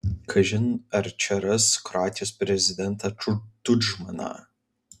kažin ar čia ras kroatijos prezidentą tudžmaną